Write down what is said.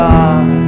God